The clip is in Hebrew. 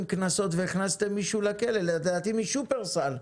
קנסות והכנסתם מישהו לכלא לדעתי משופרסל.